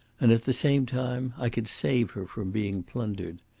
and at the same time i could save her from being plundered.